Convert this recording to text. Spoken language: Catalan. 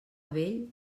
vell